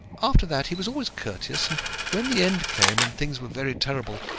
after that he was always courteous and when the end came and things were very terrible,